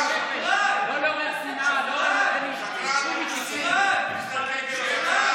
לא לעורר שנאה, לא, שקרן, שקרן, שקרן,